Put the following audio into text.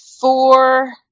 four